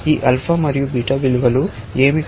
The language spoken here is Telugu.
ఈ ఆల్ఫా మరియు బీటా విలువలు ఏమిటి